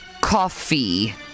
coffee